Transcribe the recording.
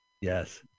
Yes